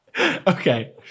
Okay